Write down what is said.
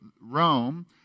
Rome